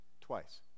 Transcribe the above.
Twice